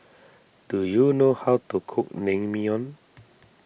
do you know how to cook Naengmyeon